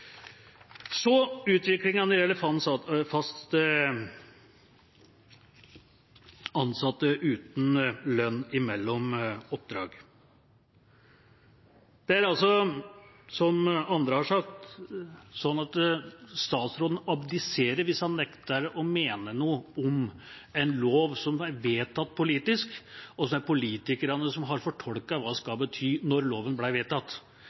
Så til utviklingen når det gjelder fast ansatte uten lønn mellom oppdrag. Det er slik, som andre har sagt, at statsråden abdiserer hvis han nekter å mene noe om en lov som er vedtatt politisk, og som politikerne har fortolket, hva den skal bety da loven ble vedtatt.